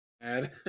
mad